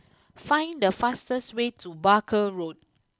find the fastest way to Barker Road